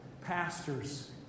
pastors